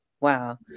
Wow